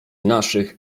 naszych